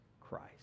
Christ